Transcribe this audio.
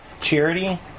charity